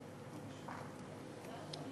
התשע"ה 2014,